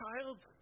child